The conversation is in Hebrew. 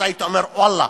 הייתי אומר ואללה,